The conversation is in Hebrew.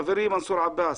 חברי, מנסור עבאס,